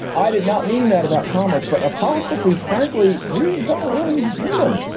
i did not mean that about commas, but apostrophes. frankly, we don't really need them.